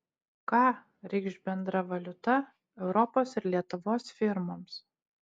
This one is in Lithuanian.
ką reikš bendra valiuta europos ir lietuvos firmoms